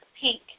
pink